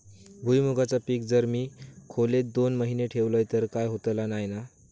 भुईमूगाचा पीक जर मी खोलेत दोन महिने ठेवलंय तर काय होतला नाय ना?